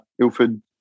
Ilford